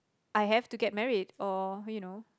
I have to get married or who you know